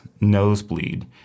nosebleed